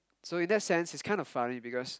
so in that sense it's kind of funny because